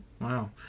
Wow